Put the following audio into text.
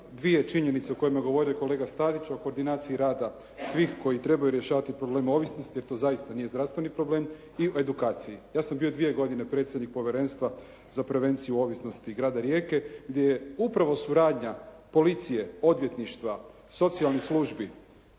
dvije činjenice o kojima je govorio kolega Stazić, o koordinaciji rada svih koji trebaju rješavati probleme ovisnosti, jer to zaista nije zdravstveni problem i edukaciji. Ja sam bio dvije godine predsjednik Povjerenstva za prevenciju ovisnosti grada Rijeke gdje je upravo suradnja policije, odvjetništva, socijalnih službi,